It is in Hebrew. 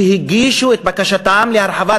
שהגישו את בקשתם להרחבה,